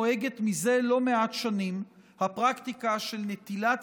זה לא מעט שנים נוהגת הפרקטיקה של נטילת